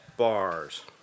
bars